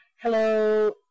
hello